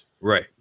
Right